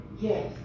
Yes